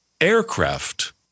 aircraft